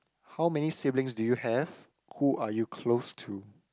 how many siblings do you have who are you close to